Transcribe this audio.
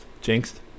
Jinxed